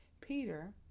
Peter